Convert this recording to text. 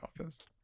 office